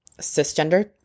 cisgender